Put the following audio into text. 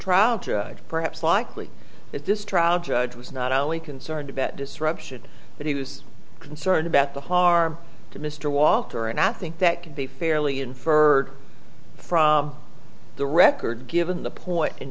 trial perhaps likely that this trial judge was not only concerned about disruption but he was concerned about the harm to mr walter and i think that can be fairly inferred from the record given the point in